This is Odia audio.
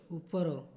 ଉପର